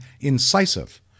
incisive